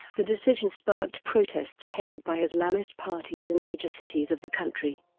the decision sparked protests headed by islamist parties in major cities of the country.